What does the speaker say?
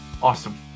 Awesome